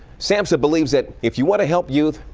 samsa believes that, if you want to help youth,